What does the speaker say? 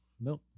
no